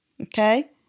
Okay